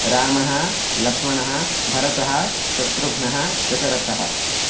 रामः लक्ष्मणः भरतः शत्रुघ्नः दशरथः